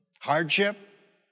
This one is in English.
Hardship